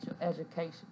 education